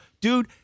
dude